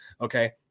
Okay